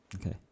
Okay